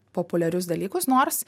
populiarius dalykus nors